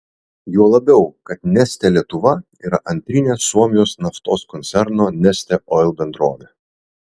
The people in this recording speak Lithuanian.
juo labiau kad neste lietuva yra antrinė suomijos naftos koncerno neste oil bendrovė